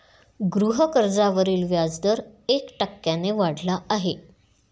गृहकर्जावरील व्याजदर एक टक्क्याने वाढला आहे